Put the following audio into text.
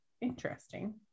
interesting